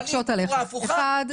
ופועלים בצורה הפוכה?